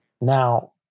Now